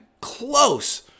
close